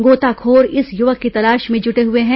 गोतांखोर इस युवक की तलाश में जुटे हुए हैं